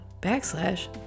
backslash